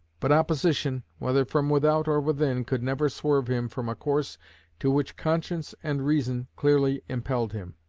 but opposition, whether from without or within, could never swerve him from a course to which conscience and reason clearly impelled him.